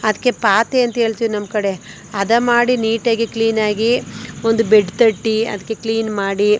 ಅದಕ್ಕೆ ಪಾತಿ ಅಂಥೇಳ್ತೀವಿ ನಮ್ಮ ಕಡೆ ಅದು ಮಾಡಿ ನೀಟಾಗಿ ಕ್ಲೀನಾಗಿ ಒಂದು ಬೆಡ್ ತಟ್ಟಿ ಅದಕ್ಕೆ ಕ್ಲೀನ್ ಮಾಡಿ